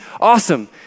awesome